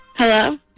Hello